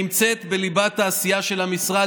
והיא נמצאת בליבת העשייה של המשרד.